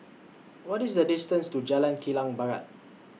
What IS The distance to Jalan Kilang Barat